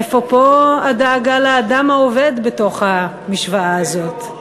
איפה פה הדאגה לאדם העובד, בתוך המשוואה הזאת?